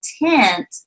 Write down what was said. intent